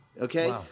Okay